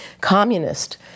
communist